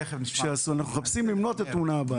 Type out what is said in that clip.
אנחנו מחפשים למנוע את התאונה הבאה.